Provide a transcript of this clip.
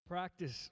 Practice